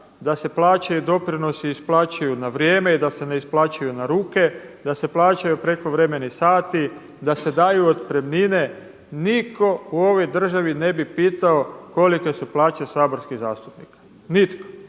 da se plaće i doprinosi isplaćuju na vrijeme i da se ne isplaćuju na ruke, da se plaćaju prekovremeni sati, da se daju otpremnine niko u ovoj državi ne bi pitao kolike su plaće saborskih zastupnika, nitko.